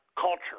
Culture